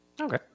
Okay